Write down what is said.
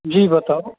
जी बताओ